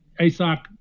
ASOC